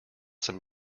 some